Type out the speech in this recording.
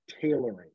tailoring